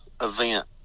event